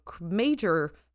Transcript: major